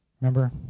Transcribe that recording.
Remember